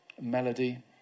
melody